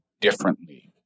differently